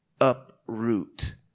uproot